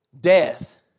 death